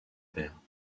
père